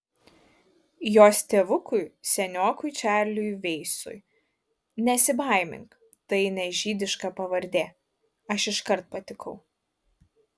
jos tėvukui seniokui čarliui veisui nesibaimink tai ne žydiška pavardė aš iškart patikau